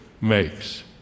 makes